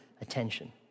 attention